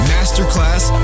Masterclass